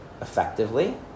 effectively